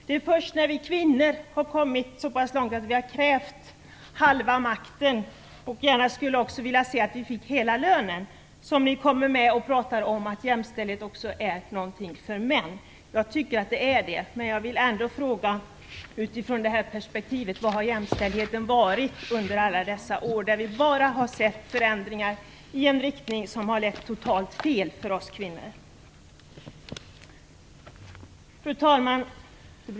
Det är först när vi kvinnor har kommit så pass långt att vi har krävt halva makten - och vi skulle även gärna se hela lönen - som ni är med och pratar om att jämställdhet också är någonting för män. Jag tycker att det är det, men jag vill ändå ställa en fråga utifrån det här perspektivet : Var har jämställdheten varit under alla dessa år, då vi bara har sett förändringar i en riktning som har lett totalt fel för oss kvinnor? Fru talman!